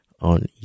on